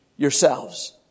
Yourselves